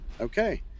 Okay